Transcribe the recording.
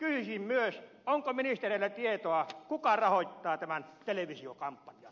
kysyisin myös onko ministereillä tietoa kuka rahoittaa tämän televisiokampanjan